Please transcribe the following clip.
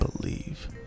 believe